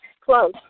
close